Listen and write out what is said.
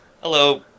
Hello